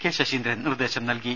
K Saseendran നിർദേശം നൽകി